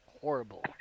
horrible